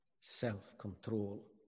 self-control